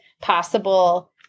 possible